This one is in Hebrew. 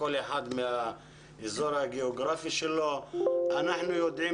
כל אחד מהאזור הגיאוגרפי שלו ואנחנו יודעים